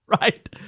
right